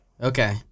Okay